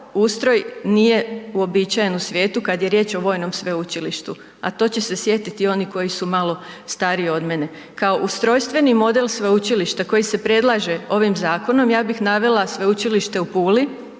ustroj nije uobičajen u svijetu kad je riječ o vojnom sveučilištu, a to će se sjetiti oni koji su malo stariji od mene. Kao ustrojstveni model sveučilišta koje se predlaže ovim zakonom ja bih navela Sveučilište u Puli,